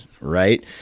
right